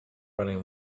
running